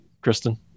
Kristen